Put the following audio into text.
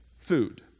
food